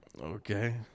Okay